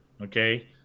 Okay